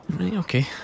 okay